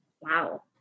wow